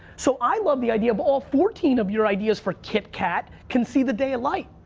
so, i love the idea of all fourteen of your ideas for kit kat, can see the day of light.